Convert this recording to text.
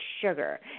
sugar